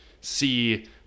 see